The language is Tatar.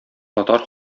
татар